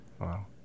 Wow